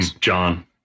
John